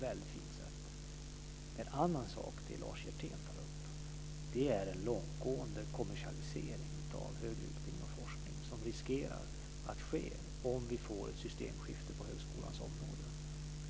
Det Lars Hjertén tar upp är en annan sak. En långtgående kommersialisering av högre utbildning och forskning riskerar att ske om vi får ett systemskifte på högskolans område.